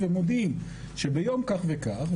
ומודיעים שביום כך וכך,